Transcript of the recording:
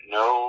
no